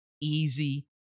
easy